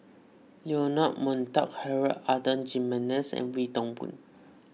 Leonard Montague Harrod Adan Jimenez and Wee Toon Boon